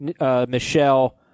Michelle